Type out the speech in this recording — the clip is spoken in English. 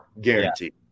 guaranteed